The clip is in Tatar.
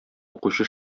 укучы